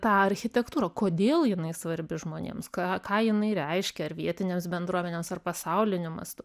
tą architektūrą kodėl jinai svarbi žmonėms ką ką jinai reiškia ar vietinėms bendruomenėms ar pasauliniu mastu